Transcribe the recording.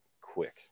quick